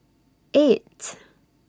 eight